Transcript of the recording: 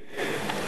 כבוד היושב-ראש,